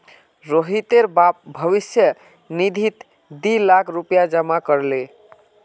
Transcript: रोहितेर बाप भविष्य निधित दी लाख रुपया जमा कर ले